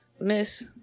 miss